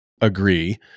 agree